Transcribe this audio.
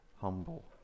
humble